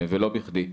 ולא בכדי,